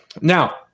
Now